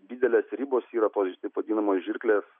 didelės ribos yra tos taip vadinamos žirklės